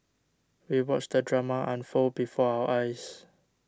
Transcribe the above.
we watched the drama unfold before our eyes